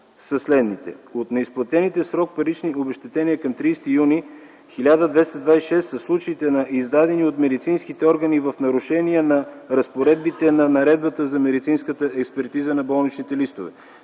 следните: От неизплатените в срок парични обезщетения към 30 юни тази година – 1226 са случаите на издадени от медицинските органи в нарушение на разпоредбите на наредбата за медицинската експертиза на болничните листове,